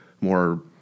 more